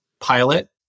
pilot